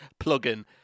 plugin